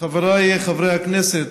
חבריי חברי הכנסת,